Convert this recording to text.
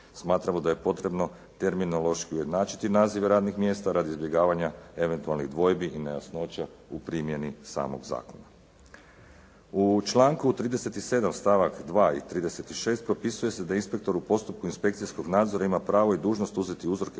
Smatramo da je potrebno terminološki ujednačiti nazive radnih mjesta, radi izbjegavanja eventualnih dvojbi i nejasnoća u primjeni samog zakona. U članku 37. stavak 2. i 36. propisuje se da inspektor u postupku inspekcijskog nadzora ima pravo i dužnost uzeti uzorke